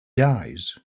dies